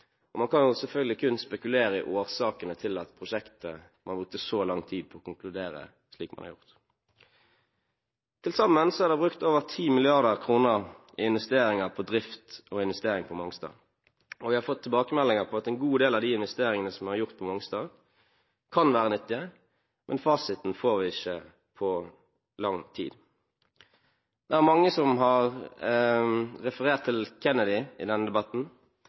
Man kan selvfølgelig bare spekulere i årsakene til at man brukte så lang tid på å konkludere slik man gjorde. Til sammen er det brukt over 10 mrd. kr i investeringer på drift på Mongstad. Vi har fått tilbakemeldinger på at en god del av de investeringene som er gjort på Mongstad, kan være nyttige, men fasiten får vi ikke på lang tid. Det er mange som har referert til Kennedy i denne debatten.